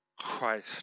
Christ